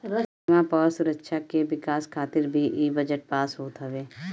सीमा पअ सुरक्षा के विकास खातिर भी इ बजट पास होत हवे